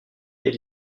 est